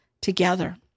together